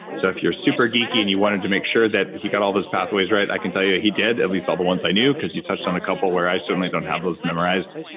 so if you're super geeky and you wanted to make sure that he got all those pathways right, i can tell you he did, at least all the ones i knew because you touched on a couple where i certainly don't have those memorized.